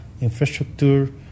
infrastructure